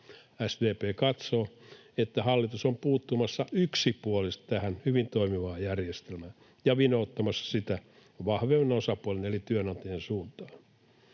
SDP katsoo, että hallitus on puuttumassa yksipuolisesti tähän hyvin toimivaan järjestelmään ja vinouttamassa sitä vahvemman osapuolen eli työnantajan suuntaan.